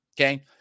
okay